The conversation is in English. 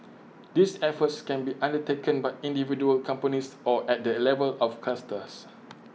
these efforts can be undertaken by individual companies or at the level of clusters